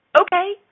Okay